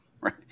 Right